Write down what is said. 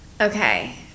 Okay